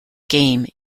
game